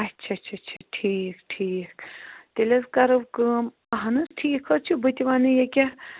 اَچھا اَچھا اَچھا ٹھیٖک ٹھیٖک تیٚلہِ حظ کرو کٲم اَہَن حظ ٹھیٖک حظ چھُ بہٕ تہِ ونہٕ یہِ کیٛاہ